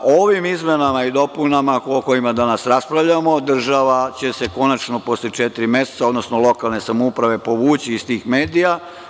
Ovim izmenama i dopunama o kojima danas raspravljamo država će se konačno posle četiri meseca, odnosno lokalne samouprave povući iz tih medija.